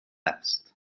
است